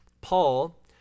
Paul